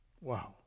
Wow